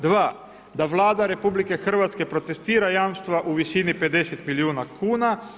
Dva, da Vlada RH protestira jamstva u visini 50 milijuna kuna.